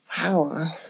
wow